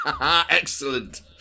Excellent